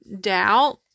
doubt